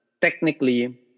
technically